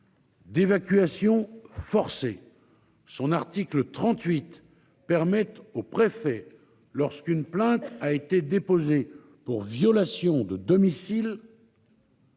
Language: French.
D'évacuation forcée. Son article 38. Permettent aux préfets lorsqu'une plainte a été déposée pour violation de domicile.